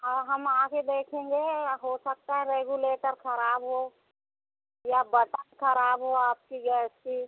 हाँ हम आके देखेंगे या हो सकता है रेगुलेटर खराब हो या बटन खराब हो आपकी गैस की